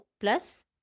Plus